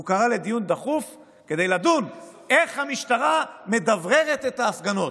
הוא קרא לדיון דחוף כדי לדון איך המשטרה מדבררת את ההפגנות.